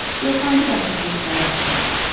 you'll find it on the page layout tab.